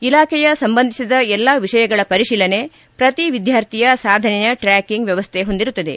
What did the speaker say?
ಇಲಾಖೆಯ ಸಂಬಂಧಿಸಿದ ಎಲ್ಲಾ ವಿಷಯಗಳ ಪರಿತೀಲನೆ ಪ್ರತಿ ವಿದ್ಯಾರ್ಥಿಯ ಸಾಧನೆಯ ಟ್ರ್ಯಾಕಿಂಗ್ ವ್ಯವಸ್ಥೆ ಹೊಂದಿರುತ್ತದೆ